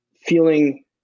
feeling